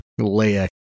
Leia